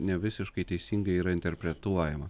ne visiškai teisingai yra interpretuojama